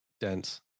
dense